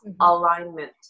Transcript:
alignment